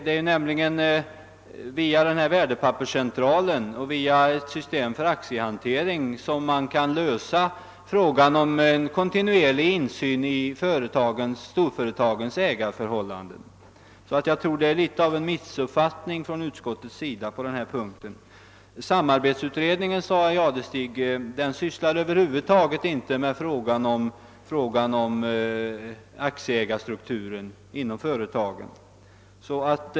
Det är nämligen via värdepapperscentralen och via ett system för aktiehantering som man kan lösa frågan om kontinuerlig insyn i storföretagens ägarförhållanden. Utskottet har nog missuppfattat denna fråga. Samarbetsutredningen sysslar över huvud taget inte med frågan om aktieägarstrukturen inom företagen.